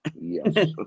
Yes